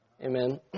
Amen